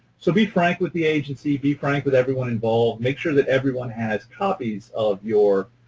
so be frank with the agency, be frank with everyone involved, make sure that everyone has copies of your